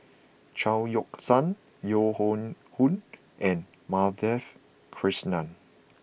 Chao Yoke San Yeo Hoe Koon and Madhavi Krishnan